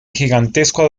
gigantesco